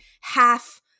half